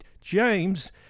James